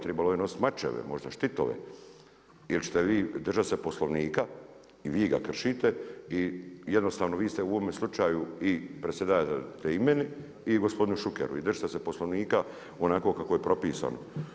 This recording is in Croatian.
Tribalo je nositi mačeve, možda štitove ili ćete se vi držati Poslovnika i vi ga kršite i jednostavno vi ste u ovom slučaju i predsjedajte i meni i gospodinu Šukeru i držite se Poslovnika onako kako je propisano.